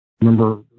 remember